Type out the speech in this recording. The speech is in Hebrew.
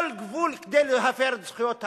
כל גבול, כדי להפר את זכויות האדם.